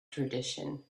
tradition